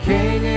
King